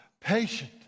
patient